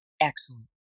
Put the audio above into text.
Excellent